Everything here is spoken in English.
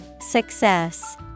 Success